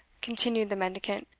continued the mendicant,